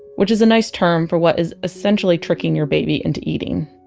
which is a nice term for what is essentially tricking your baby into eating